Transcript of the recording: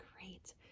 great